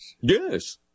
yes